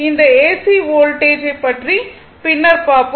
இந்த AC voltage பற்றி பின்னர் பார்ப்போம்